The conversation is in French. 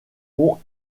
ont